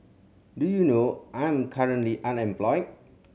do you know I am currently unemployed